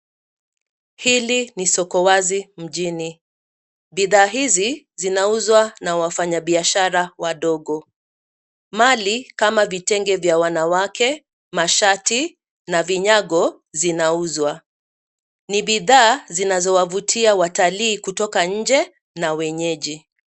Hili ni soko wazi mjini. Bidhaa hizi zinauzwa na wafanyabiashara wadogo. Mali kama vitenge vya wanawake, mashati na vinyago zinauzwa. Ni bidhaa zinazo wavautia watalii kutoka inje na wenyeji.